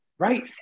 Right